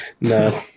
No